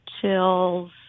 chills